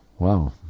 Wow